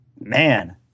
man